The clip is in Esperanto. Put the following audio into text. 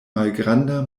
malgranda